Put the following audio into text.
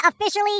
officially